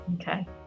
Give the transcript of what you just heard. okay